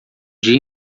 dia